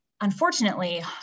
Unfortunately